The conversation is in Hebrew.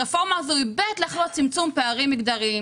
הרפורמה הזו היא לצמצום פערים מגדריים.